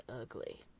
ugly